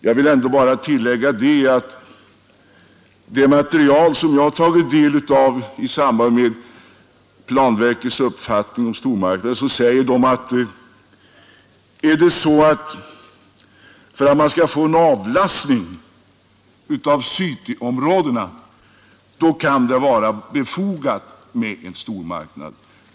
Jag vill bara framhålla att i det material som jag tagit del av när det gäller planverkets uppfattning om stormarknader säger verket att det kan vara befogat med en stormarknad om det gäller att få till stånd en avlastning av cityområdena.